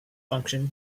function